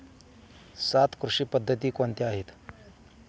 सात कृषी पद्धती कोणत्या आहेत?